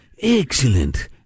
Excellent